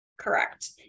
Correct